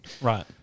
Right